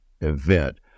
event